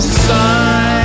sign